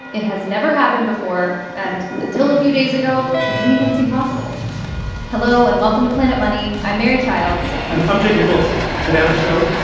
it has never happened before, and until a few days ago, it didn't even seem possible hello, and welcome to planet money. i'm mary childs and i'm jacob goldstein. today on the show,